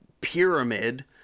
pyramid